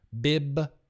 Bib